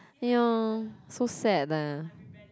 ya so sad leh